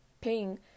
paying